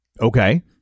Okay